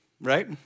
right